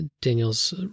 Daniels